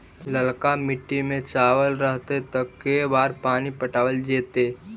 ललका मिट्टी में चावल रहतै त के बार पानी पटावल जेतै?